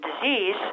disease